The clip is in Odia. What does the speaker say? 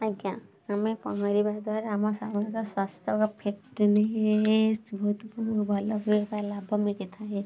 ଆଜ୍ଞା ଆମେ ପହଁରିବା ଦ୍ଵାରା ଆମ ଶାରୀରିକ ସ୍ୱାସ୍ଥ୍ୟର ଫିଟନେସ୍ ବହୁତ ଭଲ ହୁଏ ବା ଲାଭ ମିଳିଥାଏ